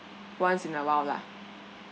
once in a while lah